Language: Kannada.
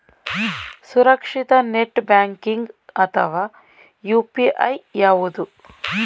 ಸುರಕ್ಷಿತ ನೆಟ್ ಬ್ಯಾಂಕಿಂಗ್ ಅಥವಾ ಯು.ಪಿ.ಐ ಯಾವುದು?